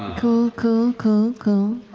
cool, cool, cool, cool.